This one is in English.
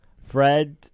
Fred